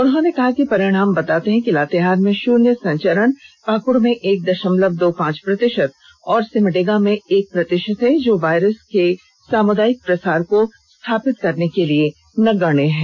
उन्होंने कहा कि परिणाम बताते हैं कि लातेहार में शन्य संचरण पाकड़ में एक दशमलव दो पांच प्रतिशत और सिमडेगा में एक प्रतिशत है जो वायरस के सामुदायिक प्रसार को स्थापित करने के लिए नगण्य है